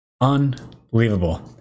Unbelievable